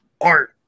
art